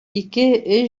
ике